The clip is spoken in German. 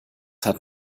hat